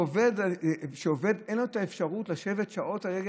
עובד שיושב שעות על ההגה,